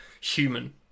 human